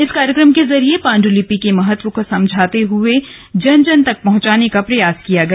इस कार्यक्रम के जरिए पाण्डुलिपि के महत्व को समझते हुए जन जन तक पहुंचाने का प्रयास किया गया